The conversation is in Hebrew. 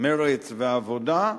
מרצ והעבודה,